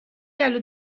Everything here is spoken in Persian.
گلو